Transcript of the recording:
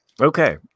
Okay